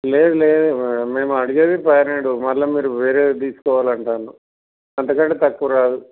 లేదు లేదు మేము అడిగేదిఫైవ్ హండ్రెడు మళ్ళా మీరు వేరేగా తీసుకుపోవాలి అంటుండ్రు అంతకంటే తక్కువ రాదు